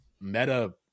meta